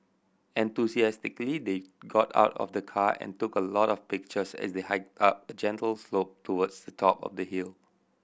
enthusiastically they got out of the car and took a lot of pictures as they hiked up a gentle slope towards the top of the hill